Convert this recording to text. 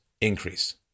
increase